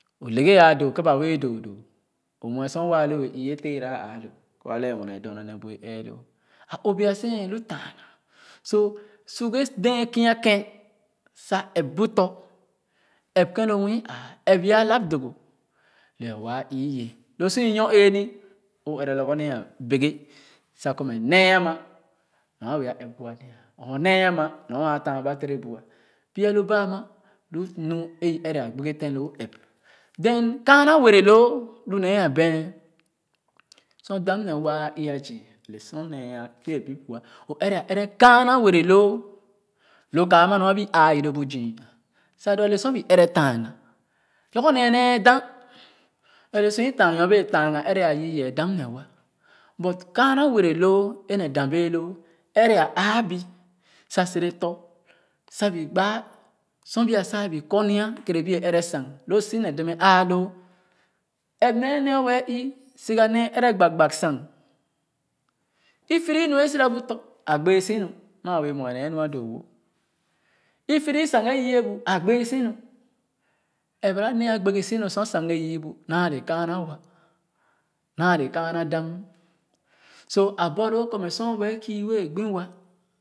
O le ghe a doodoo kèn ba wɛɛ doodoo o muɛ sor wa o bɛ ii e tara a aa loo kɔ a lɛɛ e muɛ naa doma nee bu ye ɛɛ loo maa ɛɛ kɔ ɛrɛ ba nu o dè maa ɛɛ mɛ a naa lɛɛ loo nee dap a bɛɛ bu a lu nu e wɛɛ bui o so k eegana sa su buma o su kɔ o bui ye doo a gbi nu é a lu bekè a gbi nu alu suu ra gbi nu a lu bire a gbi nu a lu lõ a gbi nu alu o tɔn maa o yɛrɛ nɔɔ si a gbi wɛɛ bui é doo kèn pys loo buɛ taan dadn wɛɛ bui doo o bui sa o kéen a tuu yɛrɛ lo o don a doma nuyɛrɛ loo lu a le oo oo o oo lo a le lõ wɛɛ ba o ba tɔ̃ naa le nam o sere é sa bɛra doo kɔ mɛ e mɛ sere sa muan tere kèn nu wɛɛ dɛɛ nu gbo le bèga doo kpuɛ kpuɛ lu nam è lo a ni-na kèn ba ninee ɛɛ dɔ sa ba è sa ba nyie nee le bu